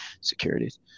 securities